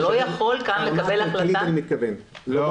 אתה לא יכול כאן לקבל החלטה, כי זו